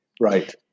Right